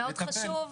מאוד חשוב,